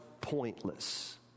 pointless